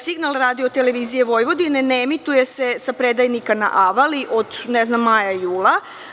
Signal Radio-televizije Vojvodine ne emituje se sa predajnika na Avali od maja, jula.